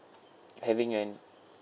having and